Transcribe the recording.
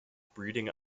breeding